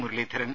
Muraleedharan